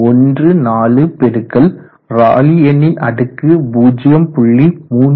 14 பெருக்கல் ராலி எண்ணின் அடுக்கு 0